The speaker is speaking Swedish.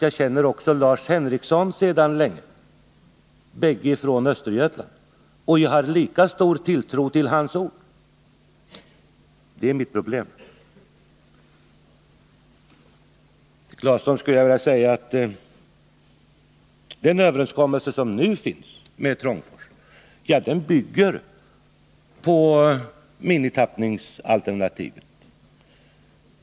Jag känner också Lars Henrikson sedan länge — vi är bägge från Östergötland — och jag hade lika stor tilltro till hans ord. Det är mitt problem. Till Tore Claeson skulle jag vilja säga, att den överenskommelse som nu finns med Trångfors bygger på minimitappningsalternativet.